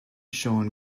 sean